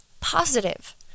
positive